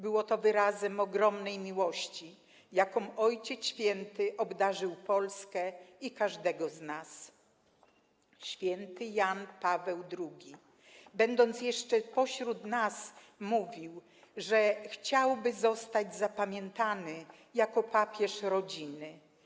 Było to wyrazem ogromnej miłości, jaką Ojciec Święty obdarzał Polskę i każdego z nas. Święty Jan Paweł II, będąc jeszcze pośród nas, mówił, że chciałby zostać zapamiętany jako papież rodziny.